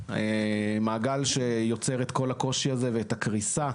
זה מעגל שיוצר את כל הקושי הזה ואת הקריסה.